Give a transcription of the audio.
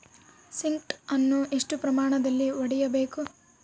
Sprint ಅನ್ನು ಎಷ್ಟು ಪ್ರಮಾಣದಲ್ಲಿ ಹೊಡೆಯಬೇಕು?